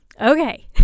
Okay